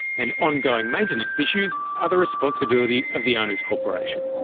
and ongoing maintenance issues are the responsibility of the owners' corporation.